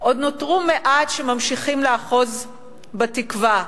עוד נותרו מעט שממשיכים לאחוז בתקווה.